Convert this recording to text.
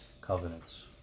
covenants